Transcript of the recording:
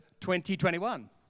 2021